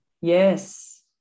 Yes